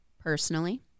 personally